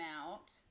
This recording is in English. out